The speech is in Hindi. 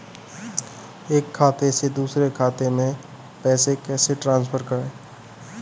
एक खाते से दूसरे खाते में पैसे कैसे ट्रांसफर करें?